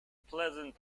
pleasant